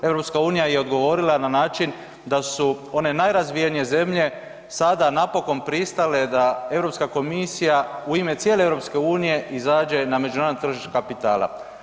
EU je odgovorila na način da su one najrazvijenije zemlje sada napokon pristale da EU komisija u ime cijele EU izađe na međunarodno tržište kapitala.